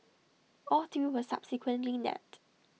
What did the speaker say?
all three were subsequently nabbed